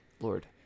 Lord